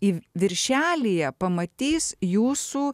į viršelyje pamatys jūsų